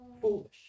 foolish